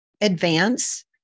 advance